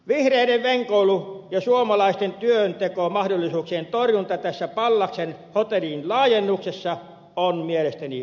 vihreiden venkoilu ja suomalaisten työntekomahdollisuuksien torjunta tässä pallaksen hotellin laajennuksessa on mielestäni pöyristyttävää